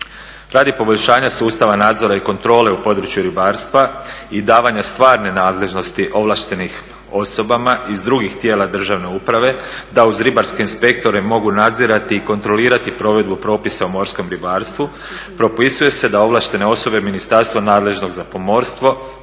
Radi poboljšanja sustava nadzora i kontrole u području ribarstva i davanja stvarne nadležnosti ovlaštenim osobama iz drugih tijela državne uprave da uz ribarske inspektore mogu nadzirati i kontrolirati provedbu propisa u morskom ribarstvu propisuje se da ovlaštene osobe ministarstva nadležnog za pomorstvo